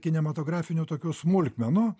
kinematografinių tokių smulkmenų